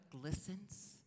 glistens